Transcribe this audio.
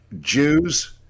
jews